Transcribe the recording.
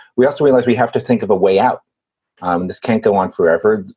we also realize we have to think of a way out um this can't go on forever.